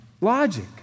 logic